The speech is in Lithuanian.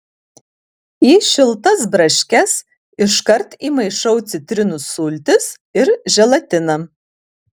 į šiltas braškes iškart įmaišau citrinų sultis ir želatiną